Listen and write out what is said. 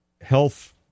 health